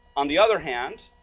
on the other hand,